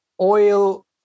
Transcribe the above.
oil